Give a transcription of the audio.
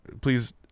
please